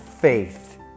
faith